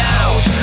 out